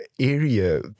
area